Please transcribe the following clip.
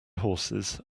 horses